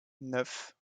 neuf